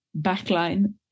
backline